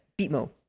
Beatmo